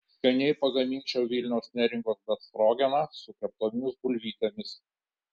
skaniai pagaminčiau vilniaus neringos befstrogeną su keptomis bulvytėmis